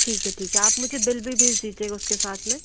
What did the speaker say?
ठीक है ठीक है आप मुझे बिल भी भेज दीजिएगा उसके साथ में